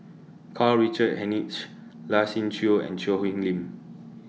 Karl Richard Hanitsch Lai Siu Chiu and Choo Hwee Lim